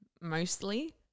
mostly